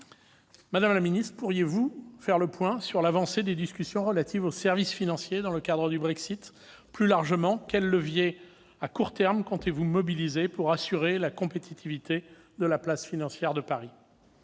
Madame la ministre, pourriez-vous faire le point sur l'avancée des discussions relatives aux services financiers dans le cadre du Brexit ? Plus largement, quels leviers comptez-vous mobiliser à court terme pour assurer la compétitivité de la place financière de Paris ?